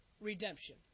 redemption